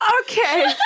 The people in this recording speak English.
Okay